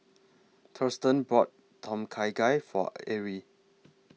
Thurston bought Tom Kha Gai For Arrie